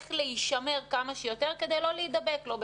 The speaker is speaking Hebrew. להישמר כמה שיותר כדי לא להידבק לא בקורונה,